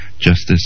justice